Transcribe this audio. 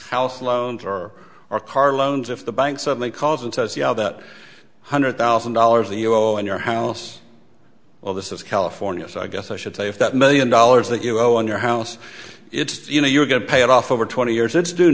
house loans or or car loans if the bank suddenly calls and says yeah that hundred thousand dollars a year well in your house well this is california so i guess i should say if that million dollars that you owe on your house it's you know you're going to pay it off over twenty years it's d